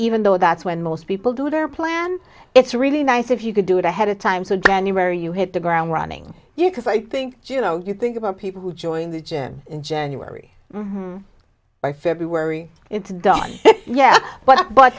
even though that's when most people do their plan it's really nice if you could do it ahead of time so january you hit the ground running you because i think you know you think about people who join the gym in january or february it's done yet but but